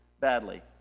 badly